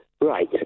Right